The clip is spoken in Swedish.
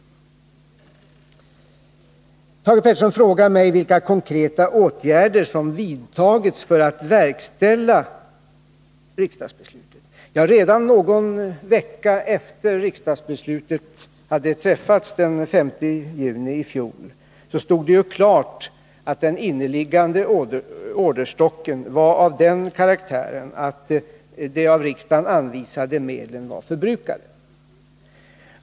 Thage Peterson frågade mig vilka konkreta åtgärder som vidtagits för att verkställa riksdagsbeslutet. Redan någon vecka efter riksdagens beslut den 5 juni i fjol stod klart att den inneliggande orderstocken var av den karaktären att de av riksdagen anvisade medlen var förbrukade.